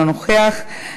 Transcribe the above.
אינו נוכח,